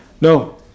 No